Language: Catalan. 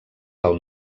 del